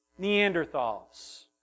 Neanderthals